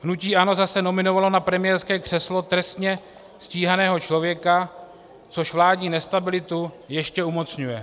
Hnutí ANO zase nominovalo na premiérské křeslo trestně stíhaného člověka, což vládní nestabilitu ještě umocňuje.